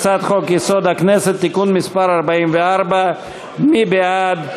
הצעת חוק-יסוד: הכנסת (תיקון מס' 44) מי בעד?